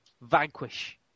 *Vanquish*